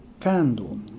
candle